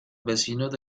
vecinos